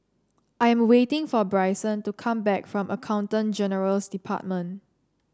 I am waiting for Brycen to come back from Accountant General's Department